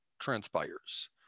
transpires